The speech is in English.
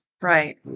Right